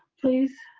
please.